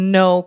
no